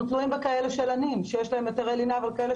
אנחנו תלויים בכאלה שיש להם היתרי לינה וכאלה